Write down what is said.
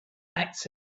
act